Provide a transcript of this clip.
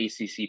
ACC